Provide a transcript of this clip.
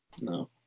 No